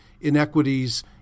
inequities